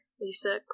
Lisa